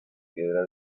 piedra